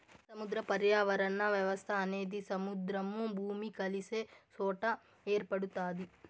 సముద్ర పర్యావరణ వ్యవస్థ అనేది సముద్రము, భూమి కలిసే సొట ఏర్పడుతాది